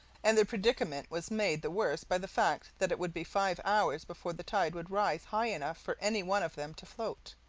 and their predicament was made the worse by the fact that it would be five hours before the tide would rise high enough for any one of them to float.